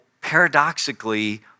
paradoxically